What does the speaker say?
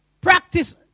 practice